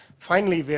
finally,